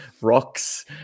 rocks